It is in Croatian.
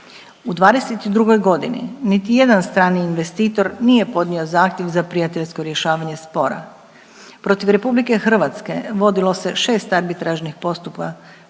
U '22.g. niti jedan strani investitor nije podnio zahtjev za prijateljsko rješavanje spora. Protiv RH vodilo se 6 arbitražnih postupaka